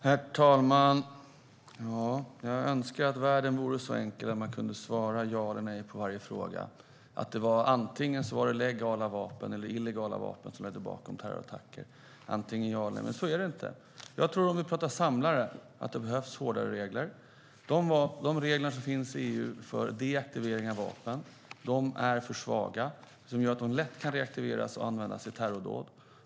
Herr talman! Jag önskar att världen vore så enkel att man kunde svara ja eller nej på varje fråga, att det handlar antingen om legala vapen eller illegala vapen som ligger bakom terrorattacker. Men så enkelt är det inte. När det gäller samlare tror jag att det behövs hårdare regler. De regler som finns i EU om deaktivering av vapen är för svaga och gör att vapnen lätt kan reaktiveras och användas vid terrordåd.